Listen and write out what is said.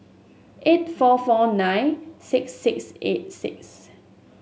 eight four four nine six six eight six